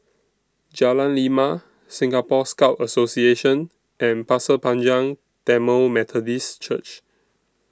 Jalan Lima Singapore Scout Association and Pasir Panjang Tamil Methodist Church